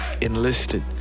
Enlisted